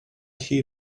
key